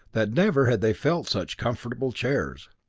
that never had they felt such comfortable chairs.